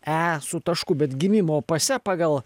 e su tašku bet gimimo pase pagal